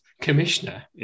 commissioner